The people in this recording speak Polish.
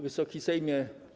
Wysoki Sejmie!